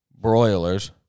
broilers